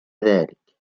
ذلك